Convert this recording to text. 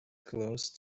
close